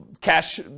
cash